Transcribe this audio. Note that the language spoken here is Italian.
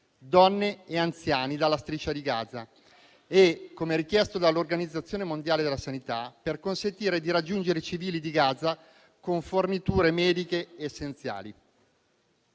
donne e anziani dalla striscia di Gaza e, come richiesto dall'Organizzazione mondiale della sanità, per consentire di raggiungere i civili di Gaza con forniture mediche essenziali.